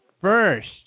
first